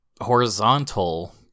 Horizontal